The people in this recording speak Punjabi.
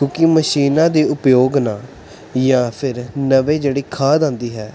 ਕਿਉਂਕਿ ਮਸ਼ੀਨਾਂ ਦੇ ਉਪਯੋਗ ਨਾਲ ਜਾਂ ਫਿਰ ਨਵੀਂ ਜਿਹੜੀ ਖਾਦ ਆਉਂਦੀ ਹੈ